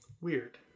weird